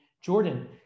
Jordan